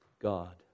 God